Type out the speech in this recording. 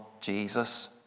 Jesus